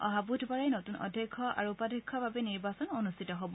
অহা বুধবাৰে নতুন অধ্যক্ষ আৰু উপাধ্যক্ষ বাবে নিৰ্বাচন অনুষ্ঠিত হ'ব